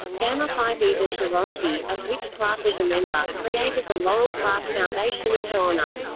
gamma phi beta sorority, of which clark was a member, created the laurel clark foundation in her honor.